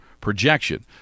projection